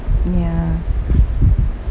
ya